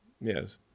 Yes